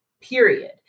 Period